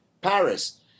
Paris